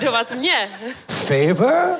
Favor